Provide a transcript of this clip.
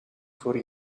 voor